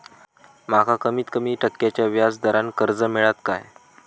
माका कमीत कमी टक्क्याच्या व्याज दरान कर्ज मेलात काय?